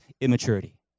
immaturity